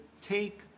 take